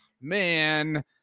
man